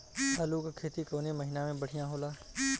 आलू क खेती कवने महीना में बढ़ियां होला?